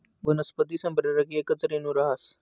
वनस्पती संप्रेरक येकच रेणू रहास